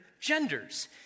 genders